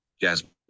Jasmine